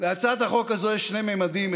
להצעת החוק הזאת יש שני ממדים,